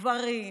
גברים,